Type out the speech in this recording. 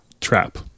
trap